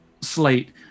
slate